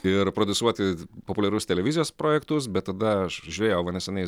ir prodiusuoti populiarius televizijos projektus bet tada aš žiūrėjau va nesenai